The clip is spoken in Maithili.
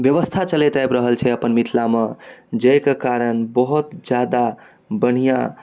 व्यवस्था चलैत आइब रहल छै मिथिला मऽ जइ के कारण बहुत ज्यादा बढ़ियाँ